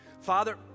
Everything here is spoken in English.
Father